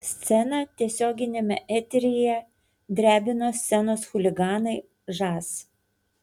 sceną tiesioginiame eteryje drebino scenos chuliganai žas